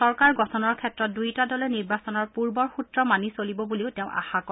চৰকাৰ গঠনৰ ক্ষেত্ৰত দুয়োটা দলে নিৰ্বাচনৰ পূৰ্বৰ সূত্ৰ মানি চলিব বুলিও তেওঁ আশা কৰে